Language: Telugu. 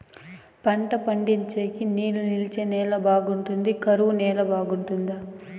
పంట పండించేకి నీళ్లు నిలిచే నేల బాగుంటుందా? కరువు నేల బాగుంటుందా?